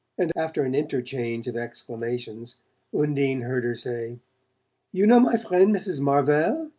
and after an interchange of exclamations undine heard her say you know my friend mrs. marvell?